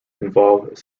involve